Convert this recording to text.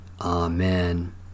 Amen